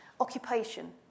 occupation